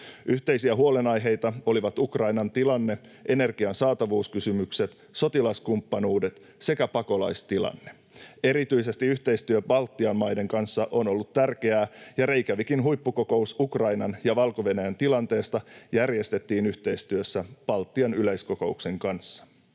Yhteisiä huolenaiheita olivat Ukrainan tilanne, energian saatavuuskysymykset, sotilaskumppanuudet sekä pakolaistilanne. Erityisesti yhteistyö Baltian maiden kanssa on ollut tärkeää, ja Reykjavikin huippukokous Ukrainan ja Valko-Venäjän tilanteesta järjestettiin yhteistyössä Baltian yleiskokouksen kanssa.